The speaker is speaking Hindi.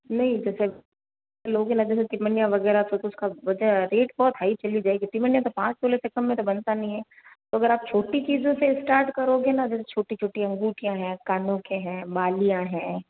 नहीं जैसे लोगों की नजर में वगैरह तो उसका रेड बहुत हाइ चली जाएंगी तो तो पाँच तोले से कम में तो बनता नहीं है तो अगर आप छोटी चीज़ों से स्टार्ट करोगे ना जैसे तो छोटी छोटी अंगूठियाँ हैं कानों के हैं बालिया हैं